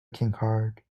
kincaid